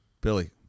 Billy